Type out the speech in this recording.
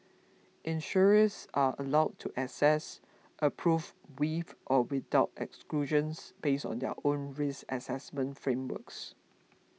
insurers are allowed to assess approve with or without exclusions based on their own risk assessment frameworks